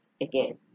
again